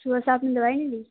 صُبح سے آپ نے دوائی نہیں لی